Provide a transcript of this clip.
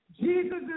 Jesus